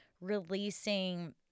releasing